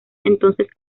entonces